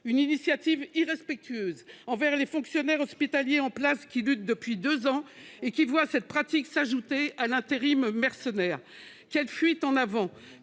une initiative irrespectueuse envers les fonctionnaires hospitaliers en place, qui luttent depuis deux ans et qui voient cette pratique s'ajouter à l'intérim mercenaire. Quelle fuite en avant !